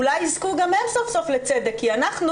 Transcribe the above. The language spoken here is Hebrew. אולי יזכו גם הם סוף סוף לצדק כי אנחנו